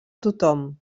tothom